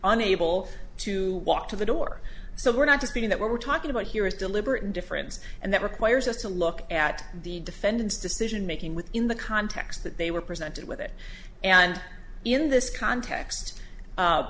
unable to walk to the door so we're not just beating that we're talking about here is deliberate indifference and that requires us to look at the defendant's decision making within the context that they were presented with it and in this context